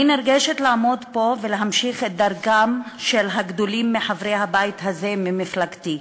אני נרגשת לעמוד פה ולהמשיך את דרכם של חברי הבית הגדולים ממפלגתי,